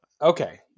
Okay